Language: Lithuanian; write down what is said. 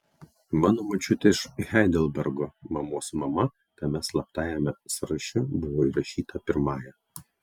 mano močiutė iš heidelbergo mamos mama tame slaptajame sąraše buvo įrašyta pirmąja